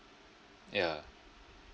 yeah